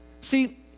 See